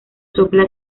sopla